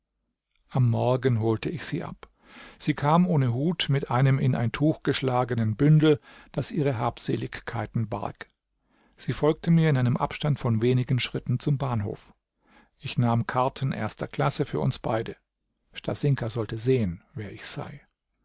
am morgen holte ich sie ab sie kam ohne hut mit einem in ein tuch geschlagenen bündel das ihre habseligkeiten barg sie folgte mir in einem abstand von wenigen schritten zum bahnhof ich nahm karten erster klasse für uns beide stasinka sollte sehen wer ich sei